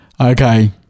Okay